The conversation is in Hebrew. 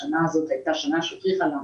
השנה הזאת הוכיחה לנו